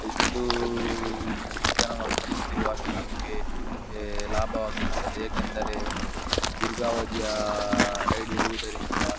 ಎಷ್ಟು ನಿಧಾನವಾಗಿ ಚಲಿಸುತ್ತೇವೊ ಅಷ್ಟು ನಮಗೆ ಲಾಭವಾಗಿರುತ್ತದೆ ಏಕೆಂದರೆ ದೀರ್ಘಾವಧಿಯ ರೈಡ್ ಇರುವುದರಿಂದ